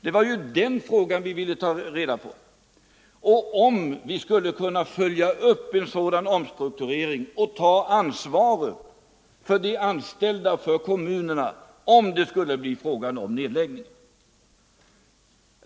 Det var den frågan vi ville reda ut — om vi skulle kunna följa upp en sådan omstrukturering och ta ansvaret för de anställda och för kommunerna, ifall det skulle bli en nedläggning.